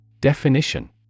definition